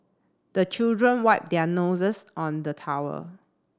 the children wipe their noses on the towel